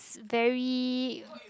very